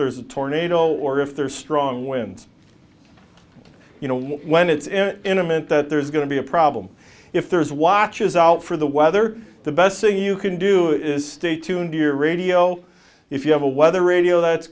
there's a tornado or if there are strong winds you know when it's intimate that there is going to be a problem if there's watches out for the weather the best thing you can do is stay tuned your radio if you have a weather radio that's